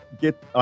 get